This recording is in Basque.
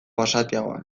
basatiagoan